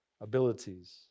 abilities